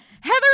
Heather